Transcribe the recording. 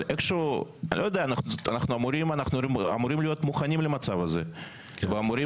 אבל אנחנו אמורים להיות מוכנים למצב הזה ואמורים